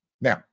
Now